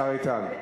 השר איתן.